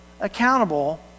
accountable